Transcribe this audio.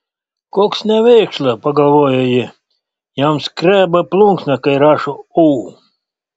koks nevėkšla pagalvojo ji jam skreba plunksna kai rašo o